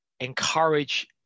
encourage